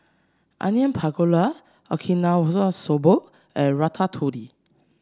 Onion Pakora Okinawa Soba and Ratatouille